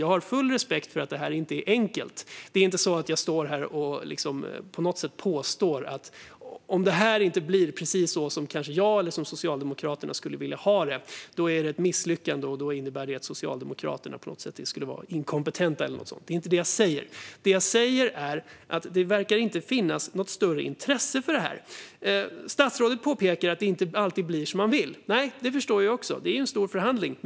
Jag har full respekt för att detta inte är enkelt. Jag står inte här och påstår att det är ett misslyckande om det inte blir precis som kanske jag eller Socialdemokraterna skulle vilja ha det och att det i så fall skulle innebära att Socialdemokraterna är inkompetenta. Det är inte det jag säger, utan det jag säger är att det inte verkar finnas något större intresse för det här. Statsrådet påpekar att det inte alltid blir som man vill. Nej, det förstår jag också - det är ju en stor förhandling.